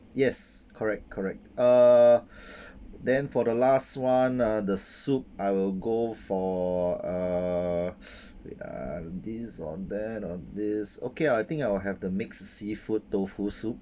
yes correct correct uh then for the last one uh the soup I will go for uh wait ah this or that or this okay I think I'll have the mixed seafood tofu soup